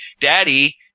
Daddy